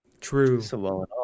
True